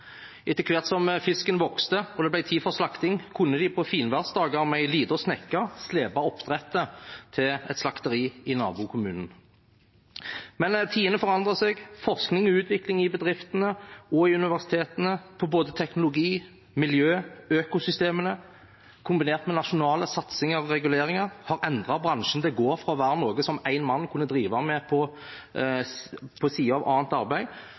Etter hvert som fisken vokste og det ble tid for slakting, kunne de på finværsdager med en liten snekke slepe oppdrettet til et slakteri i nabokommunen. Men tidene forandrer seg: Forskning og utvikling i bedriftene og i universitetene på både teknologi, miljø og økosystemene kombinert med nasjonale satsinger og reguleringer har endret bransjen til å gå fra å være noe som en mann kunne drive med på siden av annet arbeid,